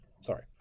sorry